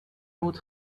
would